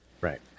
Right